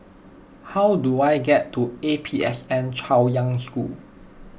how do I get to A P S N Chaoyang School